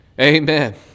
Amen